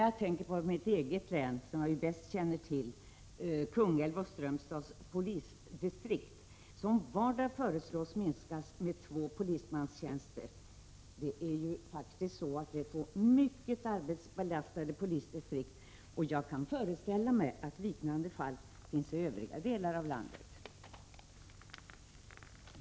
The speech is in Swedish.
Jag tänker på mitt eget län, som jag bäst känner till, och på Kungälvs och Strömstads polisdistrikt. Där föreslås en minskning för vardera distriktet med två polistjänster. Det är två mycket arbetsbelastade distrikt, och jag kan föreställa mig att liknande fall finns i övriga delar av landet.